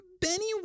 Benny